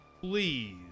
Please